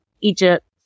Egypt